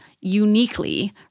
uniquely